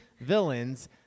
villains